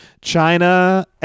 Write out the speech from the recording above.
china